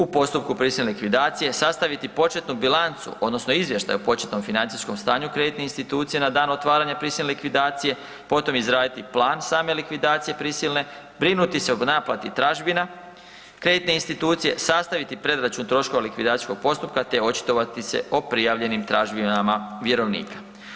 U postupku prisilne likvidacije sastaviti početnu bilancu odnosno izvještaj o početnom financijskom stanju kreditne institucije na dan otvaranja prisilne likvidacije, potom izraditi plan same likvidacije prisilne, brinuti se o naplati tražbina kreditne institucije, sastaviti predračun troškova likvidacijskog postupka te očitovati se o prijavljenim tražbinama vjerovnika.